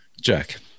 Jack